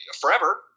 forever